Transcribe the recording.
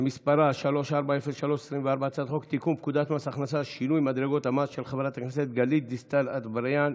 הצביעו שבעה חברי כנסת, אין מתנגדים, אין נמנעים.